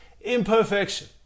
imperfection